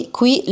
qui